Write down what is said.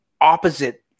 opposite